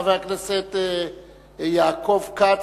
חבר הכנסת יעקב כץ,